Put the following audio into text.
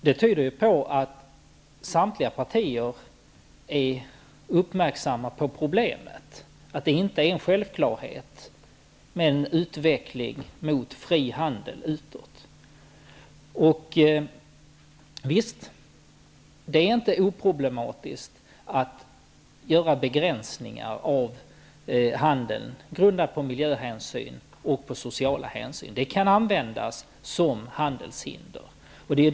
Det tyder på att samtliga partier är uppmärksamma på problemet att det inte är en självklarhet med en utveckling mot fri handel utåt. Det är inte oproblematiskt att göra begränsningar av handeln grundade på miljöhänsyn och sociala hänsyn. De kan användas som handelshinder.